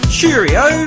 Cheerio